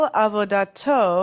avodato